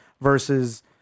versus